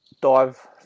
dive